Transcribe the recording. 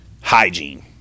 hygiene